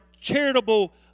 charitable